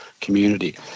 community